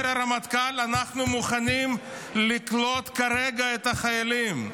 אומר הרמטכ"ל: אנחנו מוכנים לקלוט כרגע את החיילים.